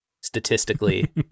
statistically